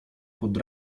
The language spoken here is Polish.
pod